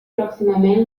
pròximament